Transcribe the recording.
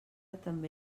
també